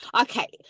Okay